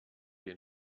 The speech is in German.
den